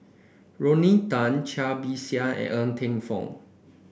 Rodney Tan Cai Bixia and Ng Teng Fong